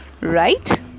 right